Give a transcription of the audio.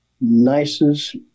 nicest